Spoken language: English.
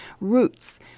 roots